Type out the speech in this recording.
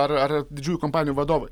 ar ar didžiųjų kompanijų vadovai